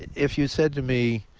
if you said to me,